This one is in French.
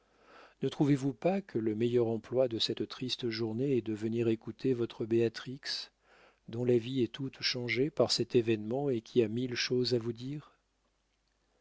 ne trouvez-vous pas que le meilleur emploi de cette triste journée est de venir écouter votre béatrix dont la vie est toute changée par cet événement et qui a mille choses à vous dire